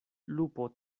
lupo